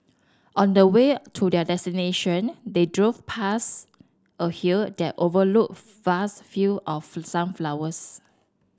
on the way to their destination they drove past a hill that overlooked fast field of sunflowers